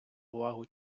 увагу